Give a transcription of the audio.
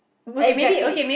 exactly